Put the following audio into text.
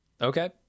Okay